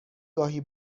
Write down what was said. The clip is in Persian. گاهی